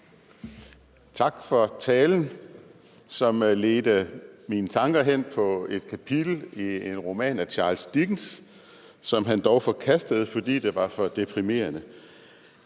Tak for talen, som ledte mine tanker hen på et kapitel i en roman af Charles Dickens, som han dog forkastede, fordi det var for deprimerende.